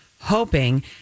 hoping